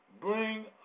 Bring